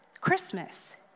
Christmas